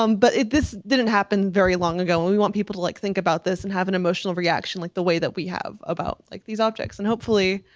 um but this didn't happen very long ago, and we want people to like think about this and have an emotional reaction like the way that we have about like these objects and hopefully